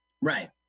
Right